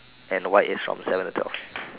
and white is from seven to twelve